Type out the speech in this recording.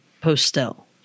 Postel